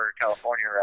California